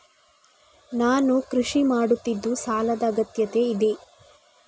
ನಾನು ಕೃಷಿ ಮಾಡುತ್ತಿದ್ದು ಸಾಲದ ಅಗತ್ಯತೆ ಇದೆ?